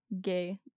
gay